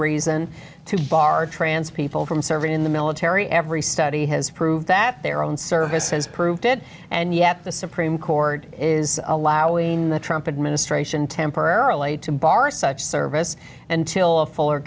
reason to bar trans people from serving in the military every study has proved that their own service has proved it and yet the supreme court is allowing the trumpet administration temporarily to bar such service until a fuller